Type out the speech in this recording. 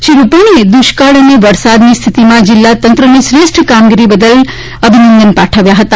શ્રી રૂપાણીએ દુષ્કાળ અને વરસાદની સ્થિતીમાં જિલ્લા તંત્રની શ્રેષ્ઠ કામગીરીને બદલ અભિનંદન પાઠવ્યા હતા